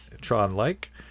Tron-like